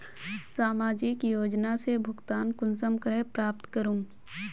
सामाजिक योजना से भुगतान कुंसम करे प्राप्त करूम?